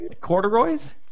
corduroys